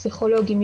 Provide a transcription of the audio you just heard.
פסיכולוגים,